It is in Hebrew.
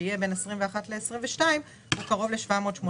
שיהיה בין 2021 ל-2022 הוא קרוב ל-700,800